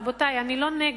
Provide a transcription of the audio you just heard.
רבותי, אני לא נגד.